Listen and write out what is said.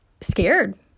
scared